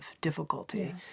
difficulty